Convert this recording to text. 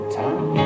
time